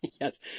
Yes